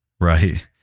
Right